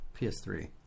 PS3